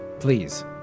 Please